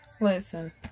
listen